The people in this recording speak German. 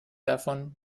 davon